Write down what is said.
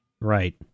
right